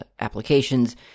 applications